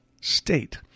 state